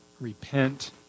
repent